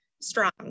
strong